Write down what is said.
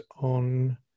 on